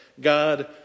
God